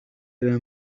إلى